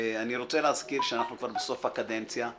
אני רוצה להזכיר שאנחנו כבר בסוף הקדנציה,